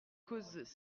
causes